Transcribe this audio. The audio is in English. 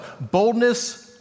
boldness